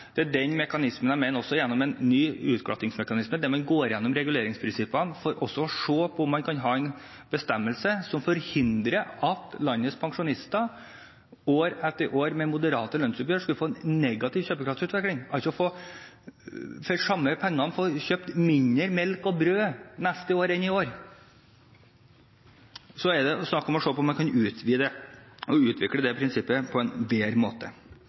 Det er den mekanismen jeg mener man bør se på gjennom en ny utglattingsmekanisme, der man går igjennom reguleringsprinsippene for også å se på om man kan ha en bestemmelse som forhindrer at landets pensjonister, år etter år med moderate lønnsoppgjør, får en negativ kjøpekraftsutvikling – altså får kjøpt mindre melk og brød neste år enn i år for de samme pengene. Det er snakk om å se på om man kan utvide og utvikle det prinsippet på en bedre måte.